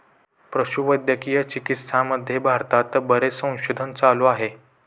पशुवैद्यकीय चिकित्सामध्ये भारतात बरेच संशोधन चालू आहे